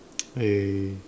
eh